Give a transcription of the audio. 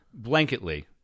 blanketly